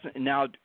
Now